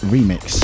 Remix